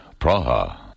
Praha